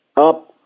up